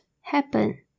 Happen